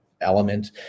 element